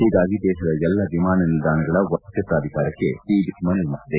ಹೀಗಾಗಿ ದೇಶದ ಎಲ್ಲ ವಿಮಾನ ನಿಲ್ದಾಣಗಳ ವಲಸೆ ಪ್ರಾಧಿಕಾರಕ್ಷೆ ಸಿಬಿಐ ಮನವಿ ಮಾಡಿದೆ